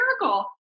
miracle